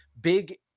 big